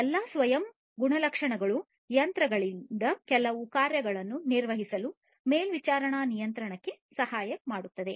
ಈ ಎಲ್ಲಾ ಸ್ವಯಂ ಗುಣಲಕ್ಷಣಗಳು ಯಂತ್ರಗಳಿಂದ ಕೆಲವು ಕಾರ್ಯಗಳನ್ನು ನಿರ್ವಹಿಸಲು ಮೇಲ್ವಿಚಾರಣಾ ನಿಯಂತ್ರಣಕ್ಕೆ ಸಹಾಯ ಮಾಡುತ್ತದೆ